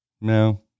No